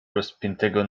rozpiętego